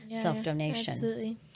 self-donation